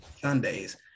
Sundays